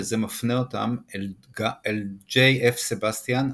וזה מפנה אותם אל ג'יי אף סבסטיאן,